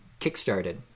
kickstarted